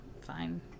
fine